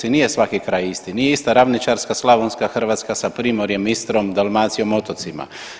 Nije svaki kraj isti, nije ista ravničarska slavonska Hrvatska sa primorjem, Istrom, Dalmacijom, otocima.